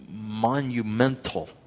monumental